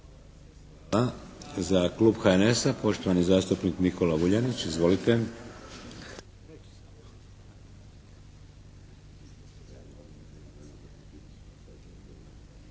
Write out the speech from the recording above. (HDZ)** Za klub HNS-a, poštovani zastupnik Nikola Vuljanić. Izvolite.